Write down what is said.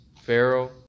Pharaoh